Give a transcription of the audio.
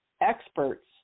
experts